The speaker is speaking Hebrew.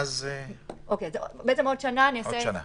עוד שנה.